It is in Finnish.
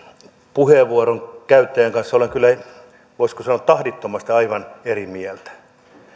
puheenvuoron käyttäjän kanssa olen kyllä voisiko sanoa tahdittomasti aivan eri mieltä